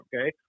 okay